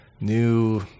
new